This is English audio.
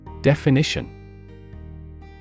Definition